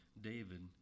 David